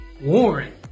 Warren